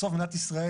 בסוף במדינת ישראל,